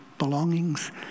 belongings